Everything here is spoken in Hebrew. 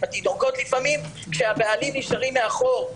עם התינוקות לפעמים כשהבעלים נשארים מאחור,